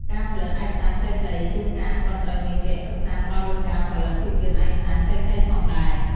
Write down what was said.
ការផលិតឯកសារខ្លីៗ ជួនកាលក៏ត្រូវមានវគ្គសិក្សាផ្ដោតលើការផលិតភាពយន្តឯកសារខ្លីៗផងដែរ។